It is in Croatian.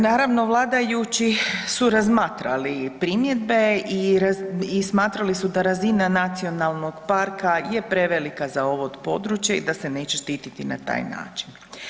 Naravno vladajući su razmatrali primjedbe i smatrali su da razina nacionalnog parka je prevelika za ovo područje i da se neće štititi na taj način.